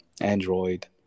Android